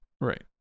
right